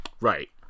Right